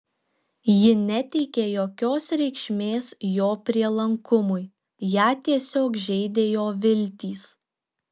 ji neteikė jokios reikšmės jo prielankumui ją tiesiog žeidė jo viltys